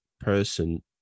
person